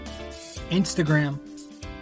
Instagram